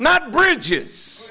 not bridges